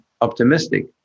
optimistic